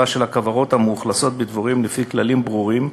של הכוורות המאוכלסות בדבורים לפי כללים ברורים,